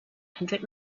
hundred